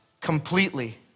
completely